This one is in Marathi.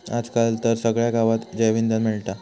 आज काल तर सगळ्या गावात जैवइंधन मिळता